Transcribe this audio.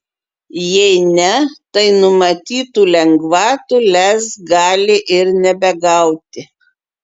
jei ne tai numatytų lengvatų lez gali ir nebegauti